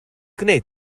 gwneud